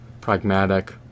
pragmatic